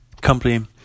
company